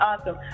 awesome